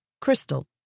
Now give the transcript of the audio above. crystal